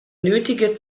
nötige